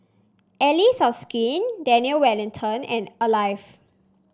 Allies of Skin Daniel Wellington and Alive